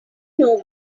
know